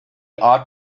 ought